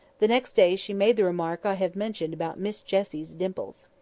the next day she made the remark i have mentioned about miss jessie's dimples.